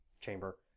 chamber